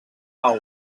pau